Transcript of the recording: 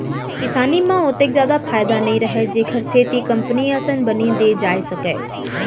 किसानी म ओतेक जादा फायदा नइ रहय जेखर सेती कंपनी असन बनी दे जाए सकय